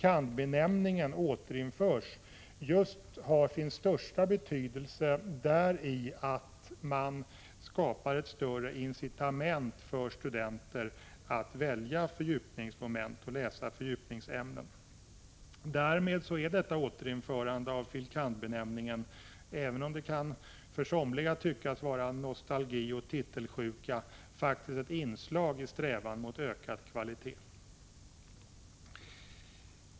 kand.- benämningen återinförs just ligger i att man skapar ett bättre incitament för studenterna att välja fördjupningsmoment, att läsa fördjupningsämnen. Återinförandet av fil. kand.-benämningen är — även om somliga kan uppfatta detta som ett uttryck för nostalgi och titelsjuka — faktiskt ett inslag i strävan mot ökad kvalitet.